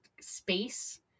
space